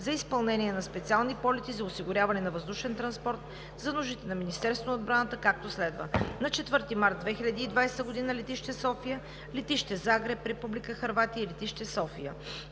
за изпълнение на специални полети за осигуряване на въздушен транспорт за нуждите на Министерството на отбраната, както следва: - на 4 март 2020 г.: летище София – летище Загреб, Република Хърватия - летище София;